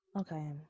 Okay